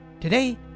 Today